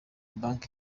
banki